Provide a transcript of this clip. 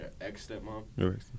ex-stepmom